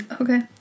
Okay